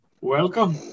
Welcome